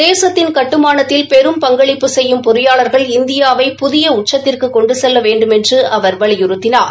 தேசத்தின் கட்டுமானத்தில் பெரும் பங்களிப்பு செய்யும் பொறியாளர்கள் இந்தியாவை புதிய உச்சத்திற்கு கொண்டு செல்ல வேண்டுமென்று அவர் வலியுறுத்தினார்